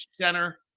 center